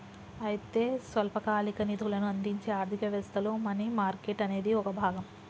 అయితే స్వల్పకాలిక నిధులను అందించే ఆర్థిక వ్యవస్థలో మనీ మార్కెట్ అనేది ఒక భాగం